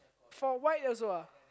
for white also ah